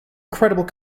credible